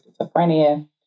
schizophrenia